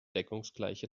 deckungsgleiche